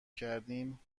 کردیم